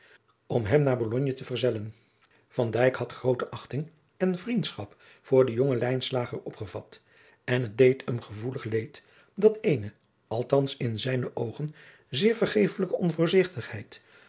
om hem naar bologne te verzellen van dijk had groote achting en vriendschap voor den jongen lijnslager opgevat en het deed hem gevoelig leed dat eene althans in zijne oogen zeer vergeeflijke